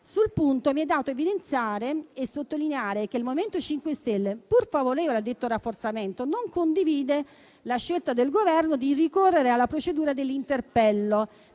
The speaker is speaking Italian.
sul punto vorrei evidenziare e sottolineare che il MoVimento 5 Stelle, pur favorevole a detto rafforzamento, non condivide la scelta del Governo di ricorrere alla procedura dell'interpello,